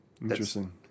Interesting